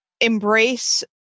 embrace